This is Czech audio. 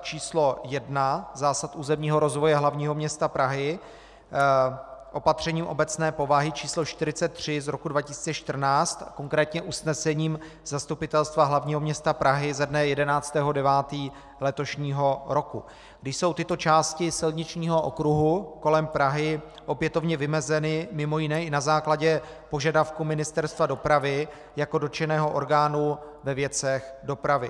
číslo 1 zásad územního rozvoje hlavního města Prahy opatřením obecné povahy číslo 43 z roku 2014, konkrétně usnesením Zastupitelstva hlavního města Prahy ze dne 11. 9. letošního roku, když jsou tyto části silničního okruhu kolem Prahy opětovně vymezeny mimo jiné i na základě požadavku Ministerstva dopravy jako dotčeného orgánu ve věcech dopravy.